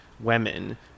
women